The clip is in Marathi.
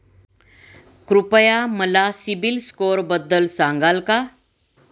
कृपया मला सीबील स्कोअरबद्दल सांगाल का?